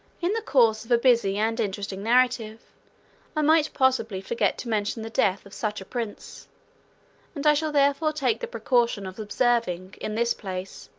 in the course of a busy and interesting narrative i might possibly forget to mention the death of such a prince and i shall therefore take the precaution of observing, in this place,